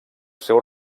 seu